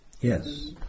Yes